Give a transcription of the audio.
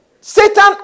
Satan